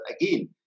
again